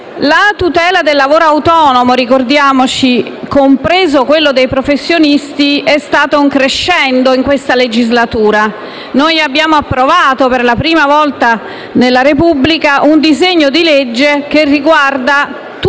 La tutela del lavoro autonomo, compreso quello dei professionisti, è stata un crescendo in questa legislatura. Abbiamo approvato per la prima volta nella storia della Repubblica un disegno di legge che riguarda tutto